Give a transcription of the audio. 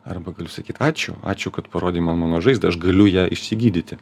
arba galiu sakyt ačiū ačiū kad parodei man mano žaizdą aš galiu ją išsigydyti